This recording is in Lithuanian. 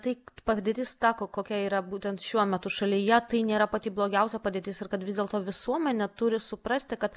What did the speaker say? tai padėtis ta kokia yra būtent šiuo metu šalyje tai nėra pati blogiausia padėtis ir kad vis dėlto visuomenė turi suprasti kad